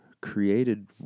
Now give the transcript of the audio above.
created